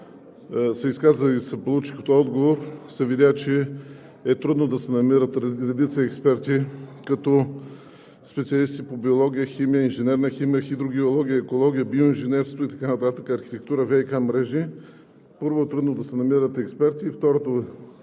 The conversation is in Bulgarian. това, което се получи като отговор, се видя, че е трудно да се намират редица експерти като специалисти по биология, химия, инженерна химия, хидрогеология, екология, биоинженерство, архитектура, ВиК мрежи и така нататък. Първо е трудно да се намират експерти